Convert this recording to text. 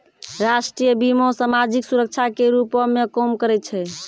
राष्ट्रीय बीमा, समाजिक सुरक्षा के रूपो मे काम करै छै